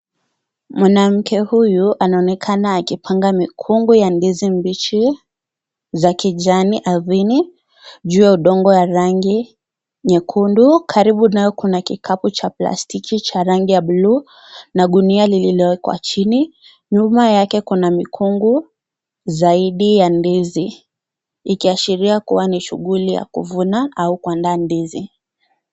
Mwanamke huyu anaonekana akipanga mikungu ya ndizi mbichi za kijani ardhini juu ya udongo ya rangi nyekundu, karibu nayo kuna kikapu cha plastiki cha rangi ya buluu na gunia lilowekwa chini nyuma yake kuna mikungu zaidi ya ndizi ikiashiria kuwa ni shughuli ya kuvuna au kuandaa ndizi.